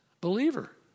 believer